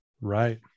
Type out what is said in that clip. Right